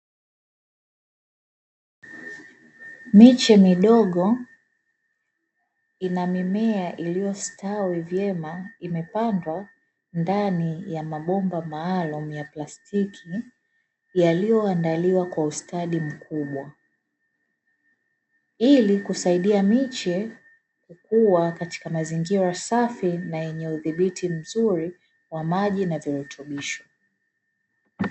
Mche midogo, inammea iliyostawi vyema, imepandwa ndani ya mabomba maalum ya plastiki, yaliyoandaliwa kwa ustadi mkubwa. Ili kusaidia miche kukuwa katika mazingira safi, na yenye udhibiti mzuri wa maji na virutubisho.